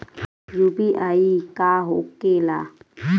UPI का होके ला?